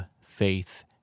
Faith